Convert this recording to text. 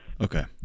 Okay